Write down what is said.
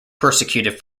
persecuted